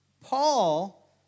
Paul